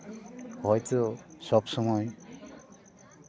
ᱦᱚᱭᱛᱳ ᱥᱚᱵ ᱥᱚᱢᱚᱭ